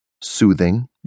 soothing